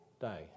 day